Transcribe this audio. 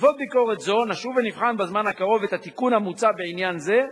בעקבות ביקורת זו נשוב ונבחן בזמן הקרוב את התיקון המוצע בעניין זה,